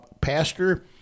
Pastor